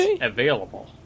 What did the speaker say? available